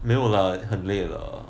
没有 lah 很累了